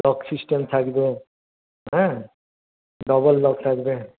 lock system থাকবে হ্যাঁ double lock থাকবে